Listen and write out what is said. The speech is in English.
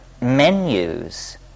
menus